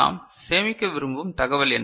நாம் சேமிக்க விரும்பும் தகவல் என்ன